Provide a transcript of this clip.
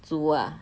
煮啊